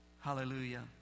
Hallelujah